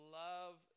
love